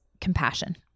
compassion